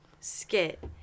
skit